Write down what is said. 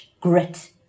grit